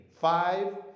five